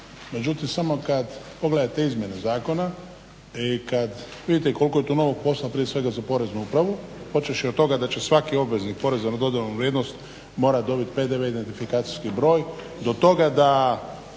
međutim samo kad pogledate izmjene zakona i kad vidite koliko je tu novog posla prije svega za Poreznu upravu počevši od toga da će svaki obveznik poreza na dodanu vrijednost morati dobiti PDV identifikacijski broj do toga da